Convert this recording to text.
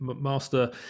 master